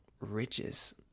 riches